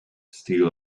still